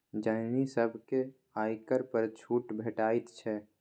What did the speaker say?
जनानी सभकेँ आयकर पर छूट भेटैत छै